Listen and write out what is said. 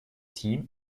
team